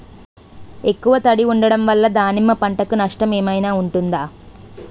ఎక్కువ తడి ఉండడం వల్ల దానిమ్మ పంట కి నష్టం ఏమైనా ఉంటుందా?